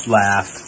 laugh